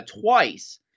twice